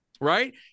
Right